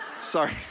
Sorry